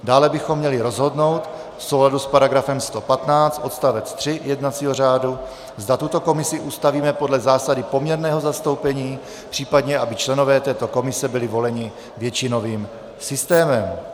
Dále bychom měli rozhodnout v souladu s § 115 odst. 3 jednacího řádu, zda tuto komisi ustavíme podle zásady poměrného zastoupení, případně aby členové této komise byli voleni většinovým systémem.